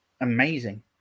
amazing